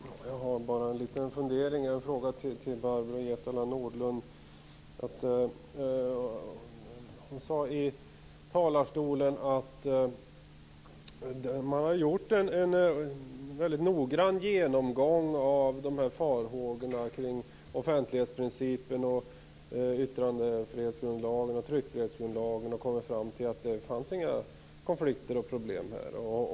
Fru talman! Jag har bara en liten fundering. Barbro Hietala Nordlund sade i talarstolen att man har gjort en väldigt noggrann genomgång av farhågorna kring offentlighetsprincipen, yttrandefrihetsgrundlagen och tryckfrihetsgrundlagen och kommit fram till att det inte finns några konflikter och problem här.